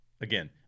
again